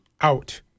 out